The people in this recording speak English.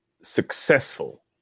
successful